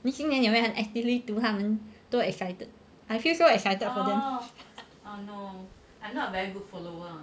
你今年有没有很 actively 读他们多 excited I feel so excited for them